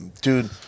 dude